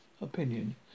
opinion